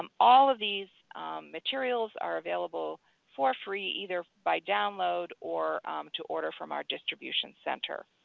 um all of these materials are available for free either by download or to order from our distribution center.